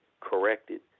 corrected